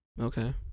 Okay